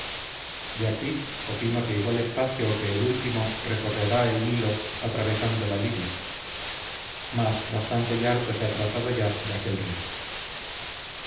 de aquí opino que igual espacio que el último recorrerá el nilo atravesando la libia mas bastante y harto se ha tratado ya de aquel río